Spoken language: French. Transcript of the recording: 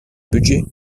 budget